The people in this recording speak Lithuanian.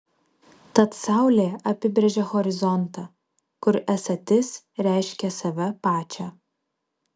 tad saulė apibrėžia horizontą kur esatis reiškia save pačią